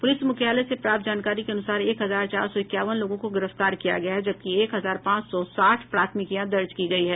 police मुख्यालय से प्राप्त जानकारी के अनुसार एक हजार चार सौ इक्यावन लोगों को गिरफ्तार किया गया है जबकि एक हजार पांच सौ साठ प्राथमिकियां दर्ज की गयी हैं